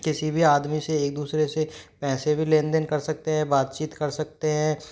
किसी भी आदमी से एक दूसरे से पैंसे भी लेन देन कर सकते हैं बातचीत कर सकते हैं